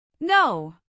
No